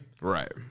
Right